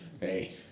Hey